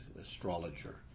astrologer